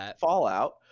Fallout